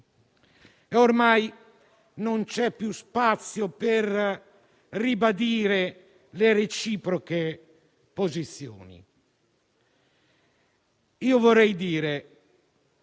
ormai non c'è più spazio per ribadire le reciproche posizioni.